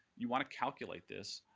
you want to calculate this,